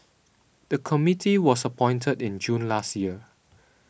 the committee was appointed in June last year